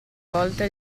volta